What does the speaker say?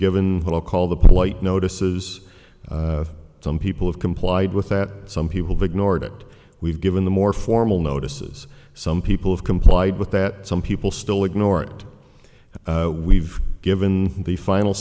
given what i'll call the polite notices some people have complied with that some people big nora that we've given the more formal notices some people have complied with that some people still ignore it and we've given the final